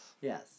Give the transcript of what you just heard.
Yes